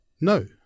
No